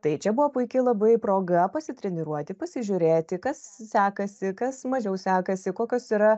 tai čia buvo puiki labai proga pasitreniruoti pasižiūrėti kas sekasi kas mažiau sekasi kokios yra